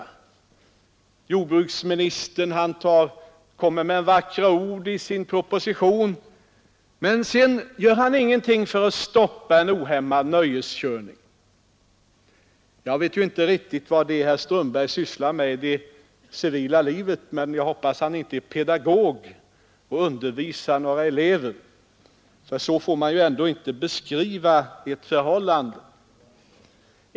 Jordbruksministern kommer med vackra ord i sin proposition, men sedan gör han ingenting för att stoppa en ohämmad nöjeskörning. Jag vet inte riktigt vad herr Strömberg sysslar med utanför riksdagen, men jag hoppas att han inte är pedagog och undervisar några elever, för så får man ändå inte beskriva ett förhållande.